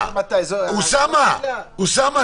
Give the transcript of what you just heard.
סביר מאוד.